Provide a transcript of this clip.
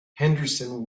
henderson